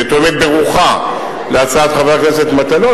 ותואמת ברוחה את הצעת חבר הכנסת מטלון,